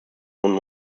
und